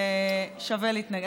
ושווה להתנגד.